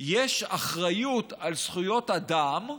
יש אחריות לזכויות אדם,